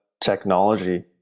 technology